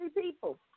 people